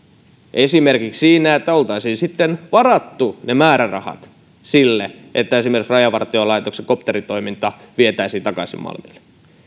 esimerkiksi siinä että oltaisiin sitten varattu ne määrärahat sille että esimerkiksi rajavartiolaitoksen kopteritoiminta vietäisiin takaisin malmille